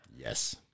Yes